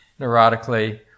neurotically